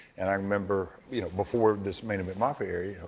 and i remember you know before this main event mafia area,